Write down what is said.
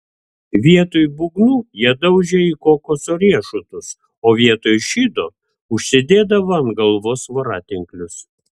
vietoj būgnų jie daužė į kokoso riešutus o vietoj šydo užsidėdavo ant galvos voratinklius